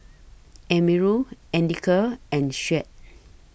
Amirul Andika and Syed